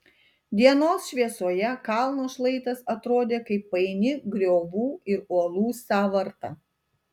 dienos šviesoje kalno šlaitas atrodė kaip paini griovų ir uolų sąvarta